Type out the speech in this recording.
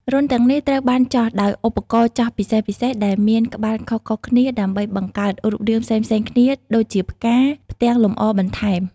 រន្ធទាំងនេះត្រូវបានចោះដោយឧបករណ៍ចោះពិសេសៗដែលមានក្បាលខុសៗគ្នាដើម្បីបង្កើតរូបរាងផ្សេងៗគ្នាដូចជាផ្កា ផ្ទាំងលម្អបន្ថែម។